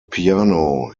piano